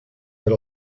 per